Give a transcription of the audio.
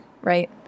right